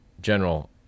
General